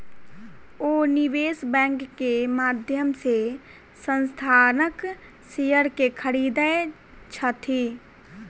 ओ निवेश बैंक के माध्यम से संस्थानक शेयर के खरीदै छथि